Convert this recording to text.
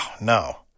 no